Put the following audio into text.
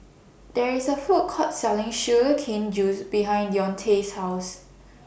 There IS A Food Court Selling Sugar Cane Juice behind Deontae's House